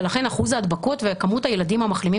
ולכן אחוז ההדבקות וכמות הילדים המחלימים